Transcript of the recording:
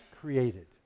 created